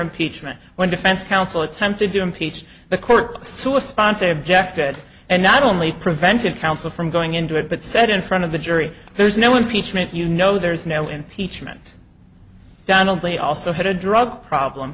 impeachment when defense counsel attempted to impeach the court sue a sponsor objected and not only prevented counsel from going into it but said in front of the jury there's no impeachment you know there's no impeachment donnelly also had a drug problem